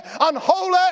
unholy